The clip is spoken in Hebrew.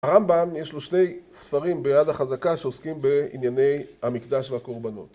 הרמב״ם, יש לו שני ספרים ביד החזקה שעוסקים בענייני המקדש והקורבנות.